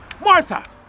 Martha